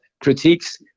critiques